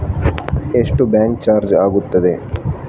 ಎಷ್ಟು bank charge ಆಗುತ್ತದೆ?